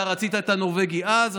אתה רצית את הנורבגי אז,